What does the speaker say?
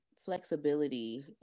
flexibility